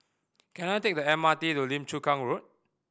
can I take the M R T to Lim Chu Kang Road